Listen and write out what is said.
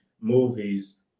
movies